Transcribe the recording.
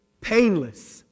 painless